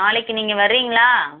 நாளைக்கு நீங்கள் வரீங்களா